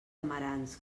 amarants